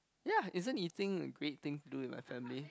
ya isn't eating a great thing to do with like family